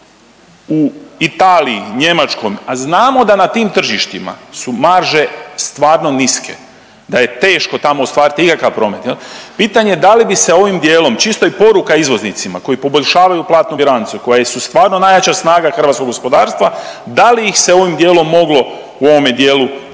u Italiji, Njemačkoj, a znamo da na tim tržištima su marže stvarno niske, da je teško tamo ostvariti ikakav promet pitanje da li bi se ovim dijelom čisto i poruka izvoznicima koji poboljšavaju platnu bilancu, koji su stvarno najjača snaga hrvatskog gospodarstva da li ih se ovim dijelom moglo u ovome dijelu izuzeti.